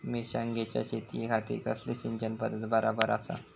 मिर्षागेंच्या शेतीखाती कसली सिंचन पध्दत बरोबर आसा?